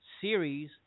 series